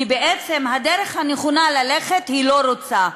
כי בעצם בדרך הנכונה היא לא רוצה ללכת.